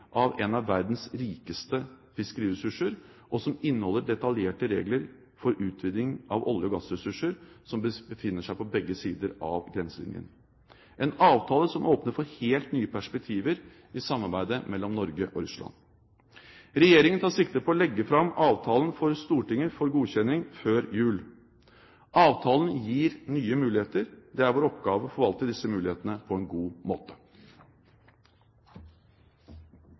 av en av verdens rikeste fiskeriressurser, og som inneholder detaljerte regler for utvinning av olje- og gassressurser som befinner seg på begge sider av grenselinjen, en avtale som åpner for helt nye perspektiver i samarbeidet mellom Norge og Russland. Regjeringen tar sikte på å legge fram avtalen for Stortinget for godkjenning før jul. Avtalen gir nye muligheter. Det er vår oppgave å forvalte disse mulighetene på en god måte.